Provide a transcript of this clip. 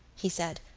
he said,